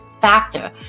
factor